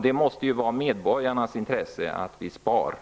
Det måste vara i medborgarnas intresse att vi sparar.